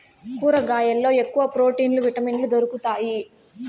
కూరగాయల్లో ఎక్కువ ప్రోటీన్లు విటమిన్లు దొరుకుతాయి